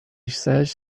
says